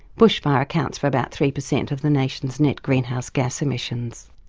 bushfire accounts for about three percent of the nation's net greenhouse gas emissions.